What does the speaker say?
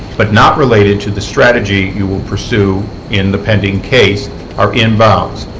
but not related to the strategy you will pursue in the pending case are inbounds.